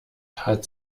hat